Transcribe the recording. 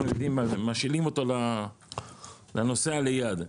אז משאילים אותו לנוסע ליד.